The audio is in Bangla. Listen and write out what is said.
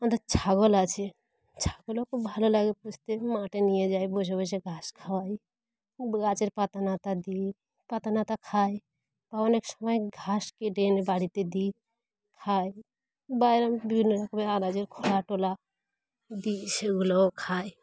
আমাদের ছাগল আছে ছাগলও খুব ভালো লাগে পুষতে মাঠে নিয়ে যাই বসে বসে ঘাস খাওয়াই গাছের পাতা নাতা দিই পাতা নাতা খায় বা অনেক সময় ঘাস কেটে এনে বাড়িতে দিই খায় বাইরে বিভিন্ন রকমের আনাজের খোলা টোলা দিই সেগুলোও খায়